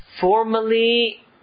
formally